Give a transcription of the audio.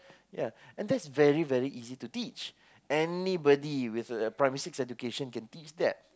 yeah and that's very very easy to teach anybody with a Primary six education can teach that